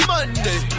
Monday